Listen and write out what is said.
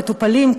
המטופלים,